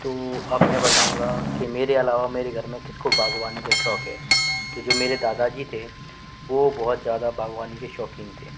तो अब मैं बताऊँगा कि मेरे अलावा मेरे घर में किसको बाग़बानी का शौक़ है तो जो मेरे दादा जी थे वो बहुत ज़्यादा बाग़बानी के शौक़ीन थे